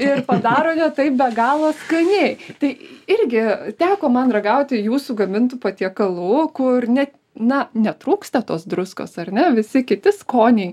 ir padarote tai be galo skaniai tai irgi teko man ragauti jūsų gamintų patiekalų kur ne na netrūksta tos druskos ar ne visi kiti skoniai